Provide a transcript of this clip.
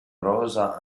rosa